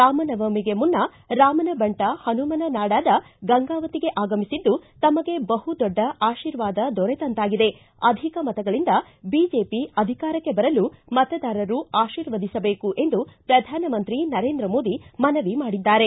ರಾಮನವಮಿಗೆ ಮುನ್ನ ರಾಮನ ಬಂಟ ಪನುಮನ ನಾಡಾದ ಗಂಗಾವತಿಗೆ ಆಗಮಿಸಿದ್ದು ತಮಗೆ ಬಹುದೊಡ್ಡ ಆಶೀರ್ವಾದ ದೊರೆತಂತಾಗಿದೆ ಅಧಿಕ ಮತಗಳಿಂದ ಬಿಜೆಪಿ ಅಧಿಕಾರಕ್ಕೆ ಬರಲು ಮತದಾರರು ಆಶೀರ್ವದಿಸಬೇಕು ಎಂದು ಪ್ರಧಾನಮಂತ್ರಿ ನರೇಂದ್ರ ಮೋದಿ ಮನವಿ ಮಾಡಿದ್ದಾರೆ